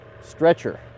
stretcher